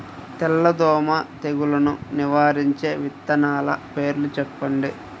తెల్లదోమ తెగులును నివారించే విత్తనాల పేర్లు చెప్పండి?